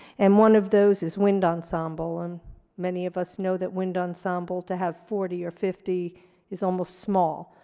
and one of those is wind ensemble, and many of us know that wind ensemble to have forty or fifty is almost small.